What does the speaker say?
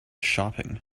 shopping